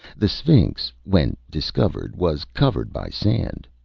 the sphinx, when discovered, was covered by sand.